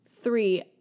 three